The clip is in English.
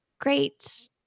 great